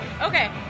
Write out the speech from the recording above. okay